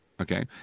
okay